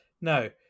No